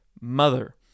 mother